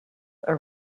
are